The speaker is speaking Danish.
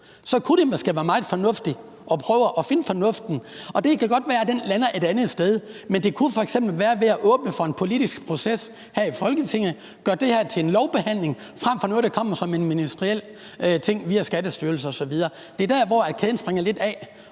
så kunne det måske være meget fornuftigt at prøve at finde fornuften. Det kan godt være, at den lander et andet sted, men det kunne f.eks. være ved at åbne for en politisk proces her i Folketinget og gøre det her til en lovbehandling frem for noget, der kommer som en ministeriel ting via Skattestyrelsen osv. Det er der, hvor kæden springer lidt af,